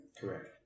Correct